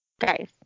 Guys